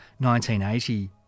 1980